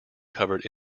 covered